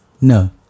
no